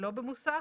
שלא במוסך"